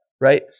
Right